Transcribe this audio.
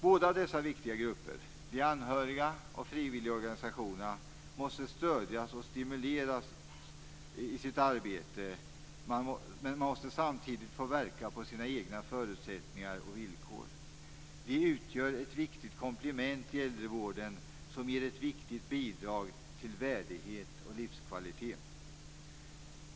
Båda dessa viktiga grupper, de anhöriga och frivilligorganisationerna, måste stödjas och stimuleras i sitt arbete men man måste samtidigt få verka utifrån sina egna förutsättningar och villkor. De utgör ett viktigt komplement i äldrevården som ger ett viktigt bidrag för värdighet och livskvalitet.